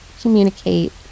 communicate